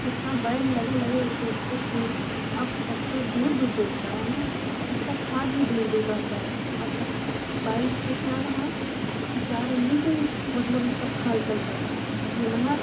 जितना बैल लगे लगे जोतते थे अब ट्रेक्टर दूर दूर जोतता है न उसका फाल भी दूर दूर रहता है और ट बैल से क्या रहा कि चार अंगुल पर ही मतलब उसका फाल चलता था मेहनत